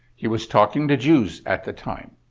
he was talking to jews at the time.